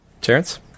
Terrence